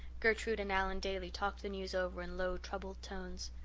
gertrude and allan daly talked the news over in low, troubled tones.